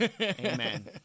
Amen